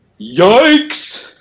Yikes